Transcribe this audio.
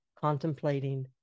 contemplating